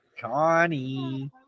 Connie